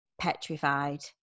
petrified